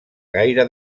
gaire